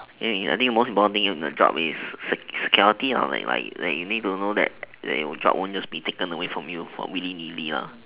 ya I think most important thing in a job is sec~ security like like like you need to know that that your job won't just be taken away from you for willy nilly ah